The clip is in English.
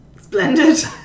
Splendid